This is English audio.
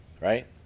right